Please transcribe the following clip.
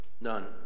None